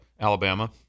Alabama